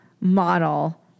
model